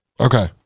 Okay